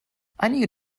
einige